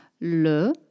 Le